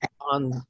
on